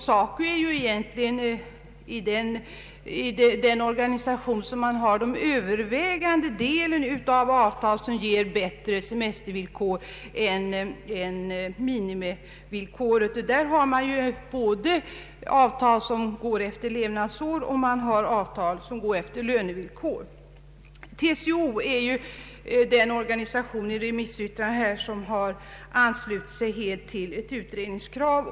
SACO är ju egentligen den organisation som har den övervägande delen av avtal som ger bättre semestervillkor än minimivillkoret. Där har man både avtal som går efter levnadsår och avtal som går efter lönevillkor. TCO är den organisation bland remissinstanserna som helt har anslutit sig till ett utredningskrav.